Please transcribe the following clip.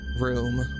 room